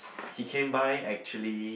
he came by actually